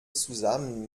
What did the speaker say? zusammen